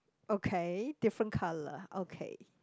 okay different colour okay